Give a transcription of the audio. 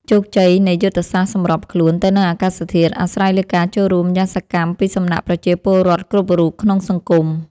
ជោគជ័យនៃយុទ្ធសាស្ត្រសម្របខ្លួនទៅនឹងអាកាសធាតុអាស្រ័យលើការចូលរួមយ៉ាងសកម្មពីសំណាក់ប្រជាពលរដ្ឋគ្រប់រូបក្នុងសង្គម។